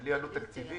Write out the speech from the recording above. בלי עלות תקציבית,